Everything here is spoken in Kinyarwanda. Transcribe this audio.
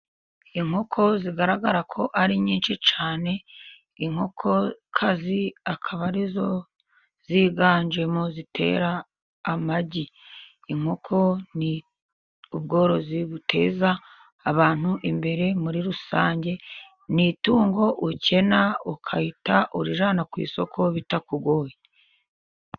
Inkoko zigaragara ko ari nyinshi cyane, inkokokazi akaba arizo ziganjemo, zitera amagi, inkoko ni ubworozi buteza abantu imbere, muri rusange ni itungo ukena ugahita urijyana ku isoko bitakugoye.